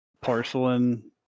porcelain